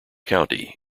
county